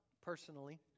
personally